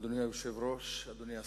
אדוני היושב-ראש, אדוני השר,